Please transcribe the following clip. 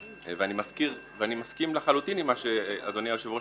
ואני מסכים לחלוטין עם מה שאדוני היושב-ראש